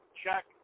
check